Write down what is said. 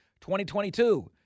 2022